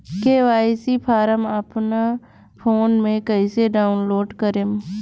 KYC form अपना phone मे कइसे डाऊनलोड करेम?